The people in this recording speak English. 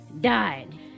died